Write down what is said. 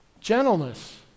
gentleness